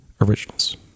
originals